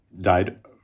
died